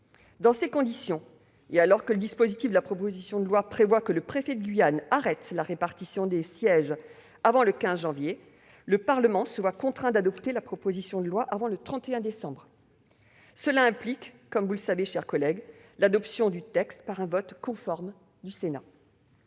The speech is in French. Dans ces conditions, et alors que le dispositif de la proposition de loi prévoit que le préfet de Guyane arrête la répartition des sièges avant le 15 janvier, le Parlement se voit contraint d'adopter la proposition de loi avant le 31 décembre. Cela implique, comme vous le savez, l'adoption du texte par un vote conforme du Sénat.